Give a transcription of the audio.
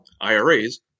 IRAs